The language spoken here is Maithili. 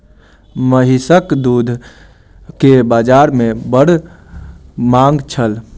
महीसक दूध के बाजार में बड़ मांग छल